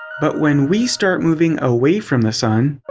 but when we start moving away from the sun,